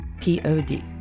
P-O-D